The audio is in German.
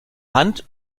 hand